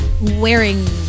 Wearing